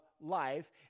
life